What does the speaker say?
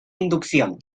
inducción